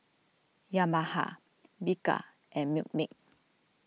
Yamaha Bika and Milkmaid